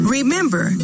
Remember